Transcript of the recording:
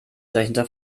dahinter